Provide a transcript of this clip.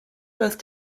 both